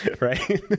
right